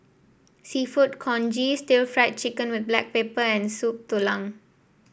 seafood congee stir Fry Chicken with Black Pepper and Soup Tulang